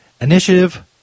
initiative